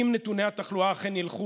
אם נתוני התחלואה אכן ילכו